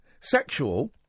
sexual